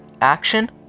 action